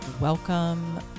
Welcome